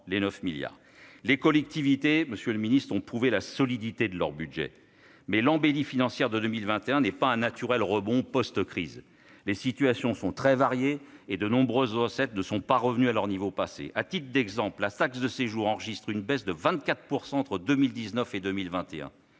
Les collectivités ont prouvé la solidité de leur budget, mais l'embellie financière de 2021 n'est pas un rebond naturel suivant la crise, les situations sont très variées et de nombreuses recettes ne sont pas revenues à leur niveau passé. À titre d'exemple, la taxe de séjour enregistre une baisse de 24 % entre 2019 et 2021